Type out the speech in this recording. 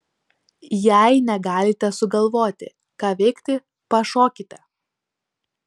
jei negalite sugalvoti ką veikti pašokite